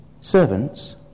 servants